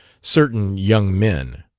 certain young men.